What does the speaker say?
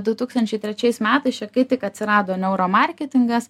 du tūkstančiai trečiais metais čia kai tik atsirado neuro marketingas